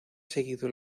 seguido